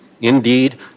indeed